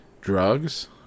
drugs